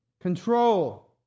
control